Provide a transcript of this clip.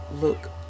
look